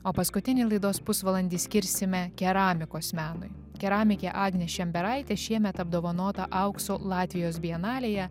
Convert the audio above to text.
o paskutinį laidos pusvalandį skirsime keramikos menui keramikė agnė šemberaitė šiemet apdovanota aukso latvijos bienalėje